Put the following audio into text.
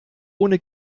ohne